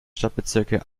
stadtbezirke